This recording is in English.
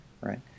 right